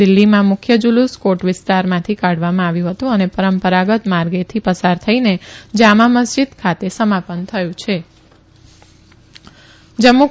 દિલ્હીમાં મુખ્ય જુલુસ કોટ વિસ્તારમાંથી કાઢવામાં આવ્યું હતું અને પરંપરાગત માર્ગેથી પસાર થઇને જામા મસ્જીદ ખાતે સમાપન થયું હતું